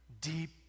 Deep